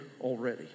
already